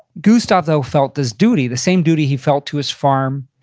gustav though felt this duty, the same duty he felt to his farm,